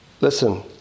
Listen